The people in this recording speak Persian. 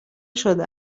شده